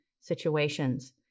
situations